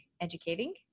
educating